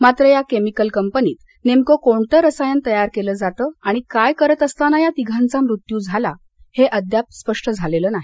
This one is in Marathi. मात्र या केमिकल कंपनीत नेमकं कोणतं रसायन तयार केलं जातं आणि काय करत असताना या तिघा जणांचा मृत्यू झाला हे अद्याप स्पष्ट झालेलं नाही